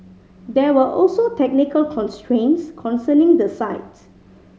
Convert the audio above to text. there were also technical constraints concerning the site